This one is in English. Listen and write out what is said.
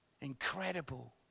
Incredible